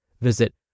Visit